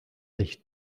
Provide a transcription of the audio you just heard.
sich